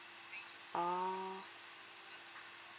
oh